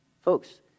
Folks